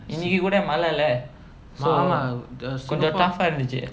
இன்னைக்கி கூட மழலே:innaikki kooda malalae so கொஞ்ச:konja tough ah இருந்துச்சு:irunthuchu